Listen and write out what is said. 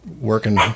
working